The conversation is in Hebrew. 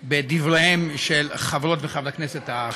בדבריהם של חברות וחברי הכנסת האחרים.